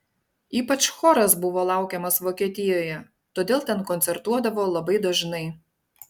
ypač choras buvo laukiamas vokietijoje todėl ten koncertuodavo labai dažnai